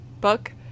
book